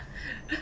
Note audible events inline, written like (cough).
(laughs)